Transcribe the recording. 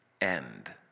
end